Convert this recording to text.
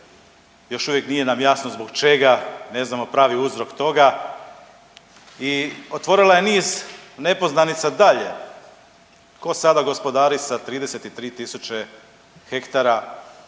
još uvijek nije nam jasno zbog čega ne znamo pravi uzrok toga i otvorila je niz nepoznanica dalje, ko sada gospodari sa 33 tisuće hektara